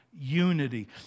unity